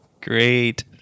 Great